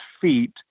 feet